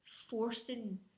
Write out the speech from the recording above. forcing